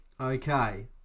Okay